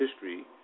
history